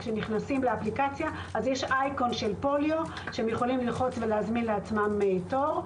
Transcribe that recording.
יש בה אייקון של פוליו שאפשר להזמין תור.